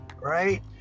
right